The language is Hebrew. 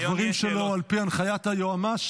הדברים שלו על פי הנחיית היועמ"שית,